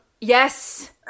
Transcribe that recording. Yes